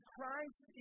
Christ